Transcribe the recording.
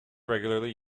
regularly